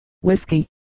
whiskey